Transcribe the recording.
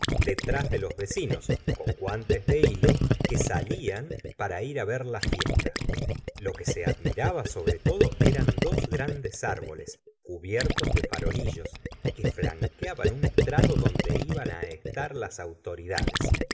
detrás de los vecinos con guantes de hilo que salían la señora de bovary para ir ver la fiesta lo que se admiraba sobre todo eran dos grandes árboles cubiertos de farolillos que flanqueaban un estrado donde iban á estar las autoridades